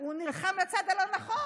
הוא נלחם על הצד הלא-נכון,